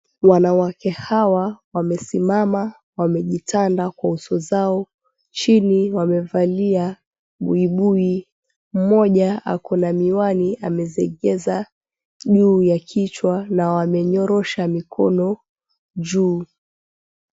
Wanawake hawa wamesimama wamejitanda kwa uso zao, chini wamevalia buibui. Mmoja ako na miwani ameziekeza juu ya kichwa na wamenyorosha mikono juu.